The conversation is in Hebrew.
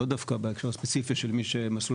לאו דווקא בהקשר הספציפי של מי שמסלול